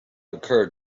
occurred